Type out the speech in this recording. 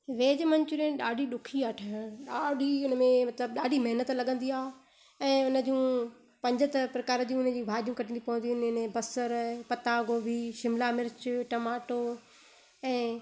veg manchurian ॾाढी ॾुखी आहे ठाहिणु ॾाढी हिन में मतिलबु ॾाढी महिनत लॻंदी आहे ऐं उन जूं पंज प्रकार जूं उन जी भाॼियूं कटिणी पवंदियूं आहिनि बसर पता गोभी शिमला मिर्चु टमाटो ऐं